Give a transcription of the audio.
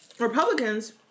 Republicans